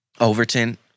Overton